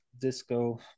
disco